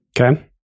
Okay